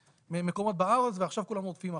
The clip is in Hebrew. מקומות בארץ ועכשיו כולם רודפים אחריו.